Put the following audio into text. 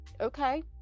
okay